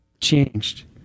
changed